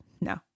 No